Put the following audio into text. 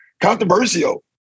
controversial